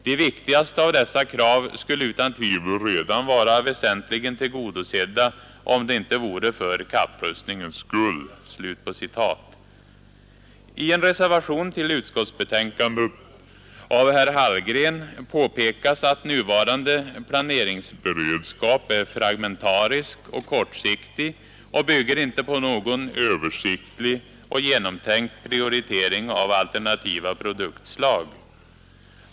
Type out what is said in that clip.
De viktigaste av dessa krav skulle utan tvivel redan vara väsentligen tillgodosedda om det inte vore för kapprustningens skull.” I en reservation till utskottsbetänkandet av herr Hallgren påpekas att nuvarande planeringsberedskap är fragmentarisk och kortsiktig och inte bygger på någon översiktlig och genomtänkt prioritering av alternativa produktslag.